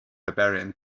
barbarian